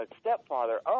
stepfather